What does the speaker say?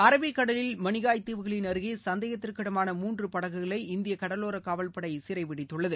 Arabic கடலில் மனிகாய் தீவுகளின் அருகே சந்தேகத்திற்கு இடமான மூன்று படகுகளை இந்திய கடலோர காவல்படை சிறைபிடித்துள்ளது